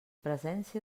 presència